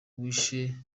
wishe